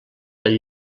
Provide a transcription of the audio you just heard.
del